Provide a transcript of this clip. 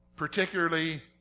particularly